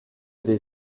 des